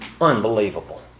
Unbelievable